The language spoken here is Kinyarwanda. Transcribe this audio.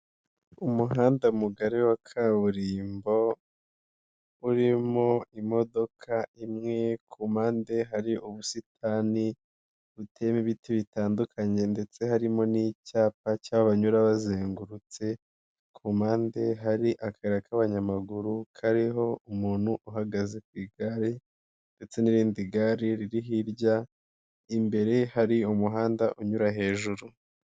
Umuhanda mugari wa kaburimbo, urimo imodoka imwe, ku mpande hari ubusitani buteyemo ibiti bitandukanye ndetse harimo n'icyapa cy'abanyura bazengurutse, ku mpande hari akayira k'abanyamaguru kariho umuntu uhagaze ku igare ndetse n'irindi gare riri hirya, imbere hari umuhanda unyura hejuru.